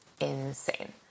insane